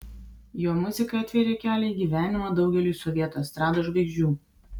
jo muzika atvėrė kelią į gyvenimą daugeliui sovietų estrados žvaigždžių